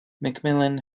mcmillan